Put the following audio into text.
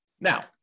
Now